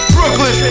Brooklyn